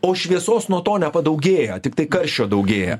o šviesos nuo to nepadaugėja tiktai karščio daugėja